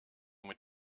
mit